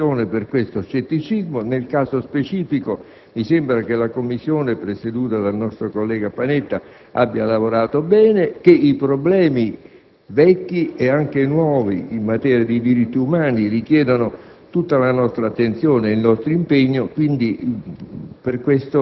propensione per questo scetticismo. Nel caso specifico, mi sembra che la Commissione, presieduta dal nostro collega Pianetta, abbia lavorato bene e che i problemi, vecchi e anche nuovi, in materia di diritti umani richiedano tutta la nostra attenzione e il nostro impegno.